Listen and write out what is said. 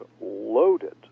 loaded